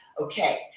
okay